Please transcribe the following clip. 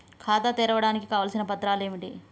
ఖాతా తెరవడానికి కావలసిన పత్రాలు ఏమిటి?